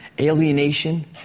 Alienation